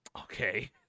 Okay